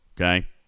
Okay